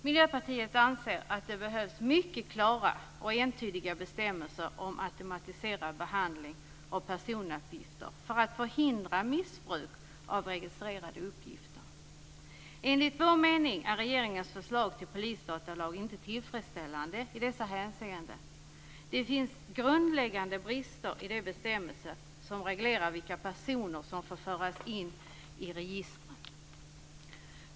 Miljöpartiet anser att det behövs mycket klara och entydiga bestämmelser om automatiserad behandling av personuppgifter för att förhindra missbruk av registrerade uppgifter. Enligt vår mening är regeringens förslag till polisdatalag inte tillfredsställande i dessa hänseenden. Det finns grundläggande brister i de bestämmelser som reglerar vilka personer som får föras in i registren.